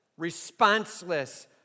responseless